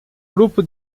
grupo